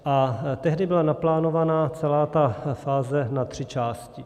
A tehdy byla naplánovaná celá ta fáze na tři části.